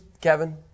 Kevin